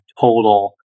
total